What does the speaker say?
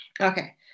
okay